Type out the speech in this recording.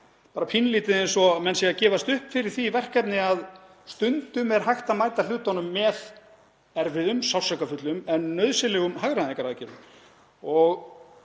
þetta pínulítið vera eins og menn séu að gefast upp fyrir því verkefni að stundum er hægt að mæta hlutunum með erfiðum, sársaukafullum en nauðsynlegum hagræðingaraðgerðum.